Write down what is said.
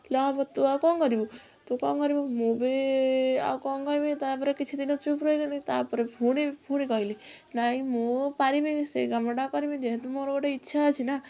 ନ ହବ ତୁ ଆଉ କ'ଣ କରିବୁ ତୁ କ'ଣ କରିବୁ ମୁଁ ବି ଆଉ କ'ଣ କହିବି ତାପରେ କିଛି ଦିନ ଚୁପ୍ ରହିଗଲି ତାପରେ ଫୁଣି ଫୁଣି କହିଲି ନାହିଁ ମୁଁ ପାରିବିନି ସେ କାମ ଟା କରିବି ଯେହେତୁ ମୋର ଗୋଟେ ଇଚ୍ଛା ଅଛି ନା